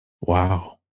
Wow